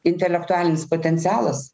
intelektualinis potencialas